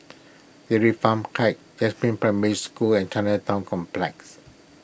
Dairy Farm Heights Jasmine Primary School and Chinatown Complex